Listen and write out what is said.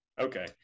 Okay